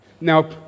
Now